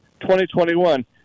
2021